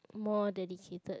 more dedicated